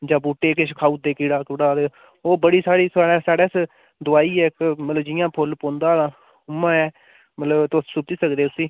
जां बूह्टे किश खाई ओड़दे कीड़ा कूड़ा ते ओह् बड़ी साढ़ी साढ़े च दोआई ऐ इक मतलब जि'यां फुल्ल पौंदा ऐ उ'आं गै मतलब तुस सु'ट्टी सकदे उस्सी